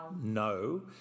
No